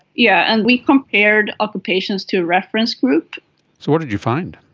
yeah and we compared other patients to a reference group. so what did you find?